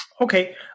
Okay